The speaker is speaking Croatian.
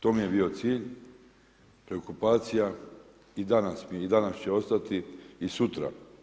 To mi je bio cilj, preokupacija i danas mi je i danas će ostati i sutra.